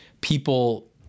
people